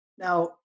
Now